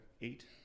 eight